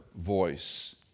voice